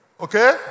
Okay